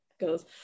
goes